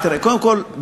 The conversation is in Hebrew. קודם כול,